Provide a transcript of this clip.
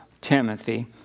Timothy